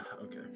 okay